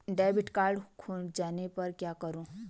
Debit card खो जाने पर क्या करूँ?